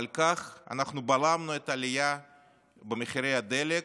אבל כך אנחנו בלמנו את העלייה במחירי הדלק,